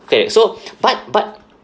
okay so but but